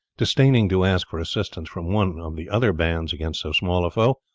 disdaining to ask for assistance from one of the other bands against so small a foe,